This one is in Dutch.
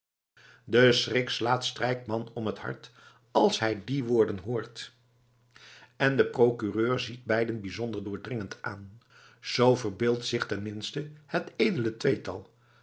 de schrik slaat strijkman om t hart als hij die woorden hoort en de procureur ziet beiden bijzonder doordringend aan zoo verbeeldt zich ten minste het edele tweetal